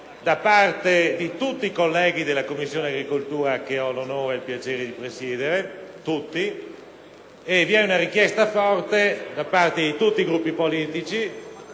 da parte di tutti i colleghi della Commissione agricoltura, che ho l'onore e il piacere di presiedere, e vi è una richiesta forte da parte di tutti i Gruppi politici,